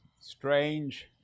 strange